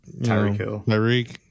Tyreek